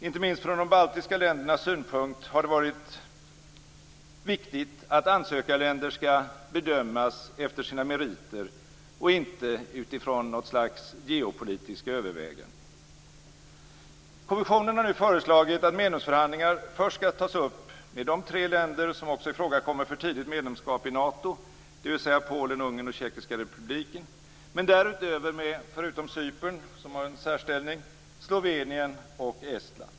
Inte minst från de baltiska ländernas synpunkt har det varit viktigt att ansökarländer skall bedömas efter sina meriter och inte utifrån något slags geo-politiska överväganden. Kommissionen har nu föreslagit att medlemsförhandlingar först skall tas upp med de tre länder som också kommer i fråga för tidigt medlemskap i Nato, dvs. Polen, Ungern och den tjeckiska republiken, men därutöver med - förutom Cypern, som har en särställning - Slovenien och Estland.